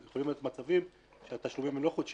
יכולים להיות מצבים שהתשלומים הם לא חודשיים.